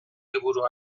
liburu